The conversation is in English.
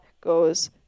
goes